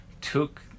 took